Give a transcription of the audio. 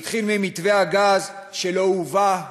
זה התחיל במתווה הגז, שלא הובא הנה,